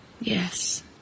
Yes